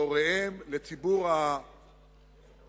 להוריהם ולציבור המורים,